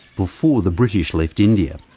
before the british left india,